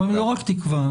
לא רק תקווה.